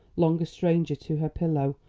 long a stranger to her pillow,